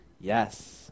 Yes